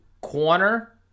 corner